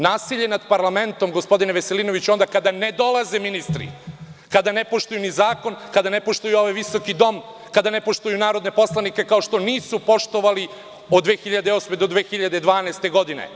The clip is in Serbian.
Nasilje nad parlamentom, gospodine Veselinoviću, je onda kada ne dolaze ministri, kada ne poštuju ni zakon, kada ne poštuju ovaj visoki dom, kada ne poštuju narodne poslanike, kao što nisu poštovali od 2008. do 2012. godine.